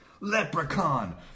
Leprechaun